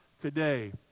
today